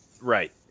Right